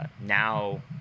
now